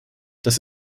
das